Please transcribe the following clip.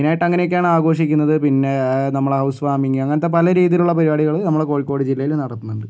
മെയിനായിട്ട് അങ്ങനെയൊക്കെയാണ് ആഘോഷിക്കുന്നത് പിന്നെ നമ്മള് ഹൗസ് വാർമിംഗ് അങ്ങനത്തെ പല രീതിയിലുള്ള പരിപാടികള് നമ്മളുടെ കോഴിക്കോട് ജില്ലയില് നടക്കുന്നുണ്ട്